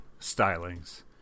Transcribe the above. stylings